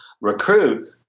recruit